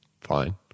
fine